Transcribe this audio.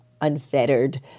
unfettered